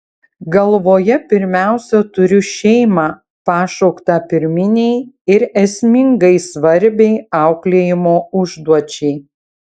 galvoje pirmiausia turiu šeimą pašauktą pirminei ir esmingai svarbiai auklėjimo užduočiai